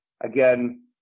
again